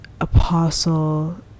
apostle